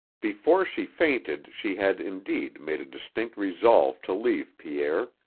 before she fainted she had, indeed, made a distinct resolve to leave pierre.